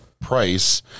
price